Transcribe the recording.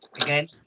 again